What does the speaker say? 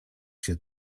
się